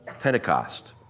Pentecost